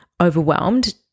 overwhelmed